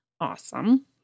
awesome